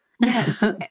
Yes